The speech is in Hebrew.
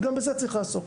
וגם בזה צריך לעסוק,